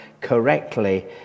correctly